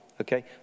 okay